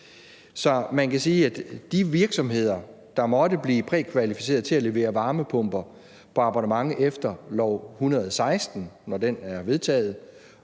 Man kan sige, at de virksomheder, der måtte blive prækvalificeret til at levere varmepumper på abonnement efter L 116, når det er vedtaget,